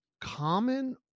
common